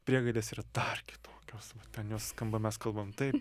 priegaidės yra dar kitokios ten jos skamba mes kalbam taip